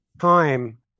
time